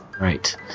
Right